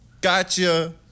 Gotcha